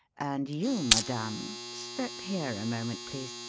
and you, madame step here a moment, please.